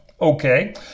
Okay